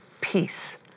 peace